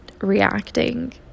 reacting